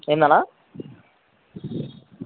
ఏంది అన్న